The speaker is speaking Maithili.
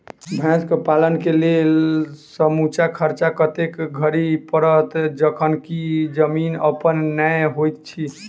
भैंसक पालन केँ लेल समूचा खर्चा कतेक धरि पड़त? जखन की जमीन अप्पन नै होइत छी